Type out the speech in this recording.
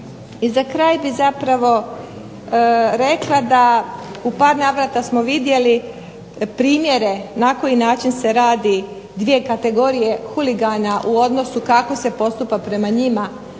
I za kraj bi zapravo rekla da smo u par navrata vidjeli primjere na koji način se radi, dvije kategorije huligana u odnosu kako se postupa prema njima